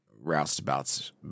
roustabouts